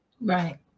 right